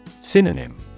Synonym